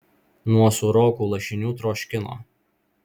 nuo sūrokų lašinių troškino